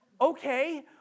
Okay